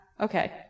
okay